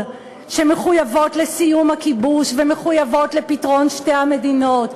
שמחויבות לסיום הכיבוש ומחויבות לפתרון שתי המדינות,